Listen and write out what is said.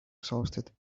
exhausted